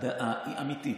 הזעקה היא אמיתית.